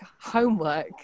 homework